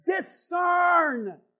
Discern